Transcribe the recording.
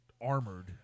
armored